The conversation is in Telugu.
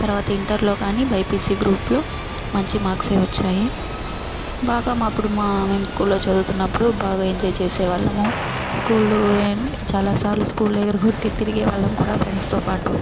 తర్వాత ఇంటర్లో కానీ బైపిసి గ్రూప్లో మంచి మార్క్సే వచ్చాయి బాగా మాప్పుడు మా మేం స్కూల్లో చదువుతున్నప్పుడు బాగా ఎంజాయ్ చేసే వాళ్ళము స్కూళ్లు చాలా సార్లు స్కూల్ ఎగరగొట్టి తిరిగే వాళ్ళం కూడా ఫ్రెండ్స్తో పాటు